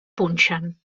punxen